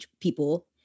people